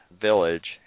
village